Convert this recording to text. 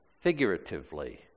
Figuratively